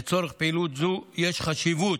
לצורך פעילות זו, יש חשיבות